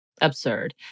Absurd